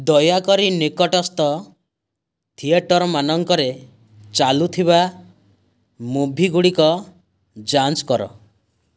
ଦୟାକରି ନିକଟସ୍ଥ ଥିଏଟର୍ ମାନଙ୍କରେ ଚାଲୁଥିବା ମୁଭି ଗୁଡ଼ିକ ଯାଞ୍ଚ କର